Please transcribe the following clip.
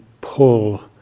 pull